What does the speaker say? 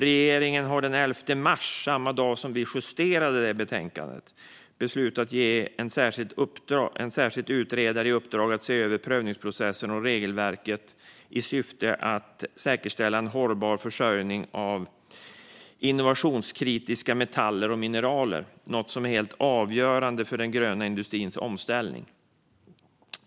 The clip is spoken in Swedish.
Regeringen beslutade den 11 mars, samma dag som vi justerade betänkandet, att ge en särskild utredare i uppdrag att se över prövningsprocesser och regelverk i syfte att säkerställa en hållbar försörjning av innovationskritiska metaller och mineral, vilket är helt avgörande för den gröna industrins omställning.